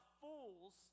fools